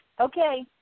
okay